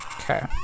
Okay